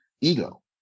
ego